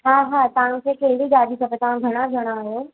हा हा तव्हांखे कहिड़ी गाॾी खपे तव्हां घणा ॼणा आहियो